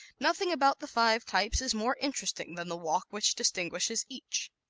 nothing about the five types is more interesting than the walk which distinguishes each.